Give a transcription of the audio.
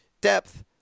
depth